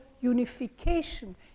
unification